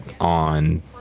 on